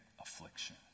affliction